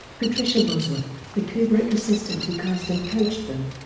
patricia bosworth, the kubrick assistant who cast and coached them,